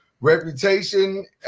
reputation